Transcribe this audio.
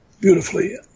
beautifully